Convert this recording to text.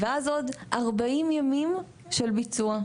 ואז עוד 40 ימים של ביצוע.